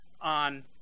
on